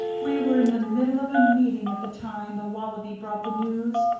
we were in the middle of a meeting at the time the wallaby brought the news,